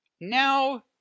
Now